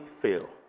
fail